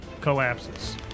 collapses